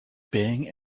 being